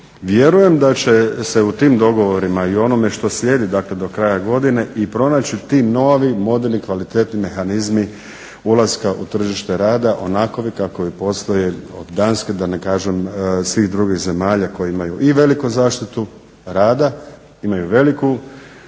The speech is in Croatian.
Vjerujem da će se u tim dogovorima i u onome što slijedi dakle do kraja godine i pronaći ti novi, moderni, kvalitetni mehanizmi ulaska u tržište rada onakvi kakvi postoje od Danske, da ne kažem svih drugih zemalja koje imaju i veliku zaštitu rada, imaju veliku